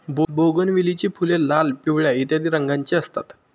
बोगनवेलीची फुले लाल, पिवळ्या इत्यादी रंगांची असतात